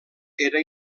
era